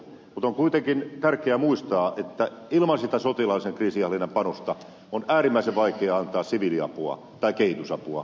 on kuitenkin tärkeää muistaa että ilman sitä sotilaallisen kriisinhallinnan panosta on äärimmäisen vaikea antaa siviiliapua tai kehitysapua niille kohteille